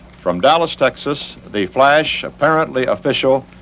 from dallas, texas, the flash apparently official.